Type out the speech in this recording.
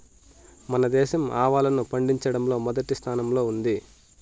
మన దేశం ఆవాలను పండిచటంలో మొదటి స్థానం లో ఉంది